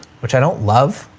which i don't love.